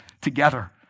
together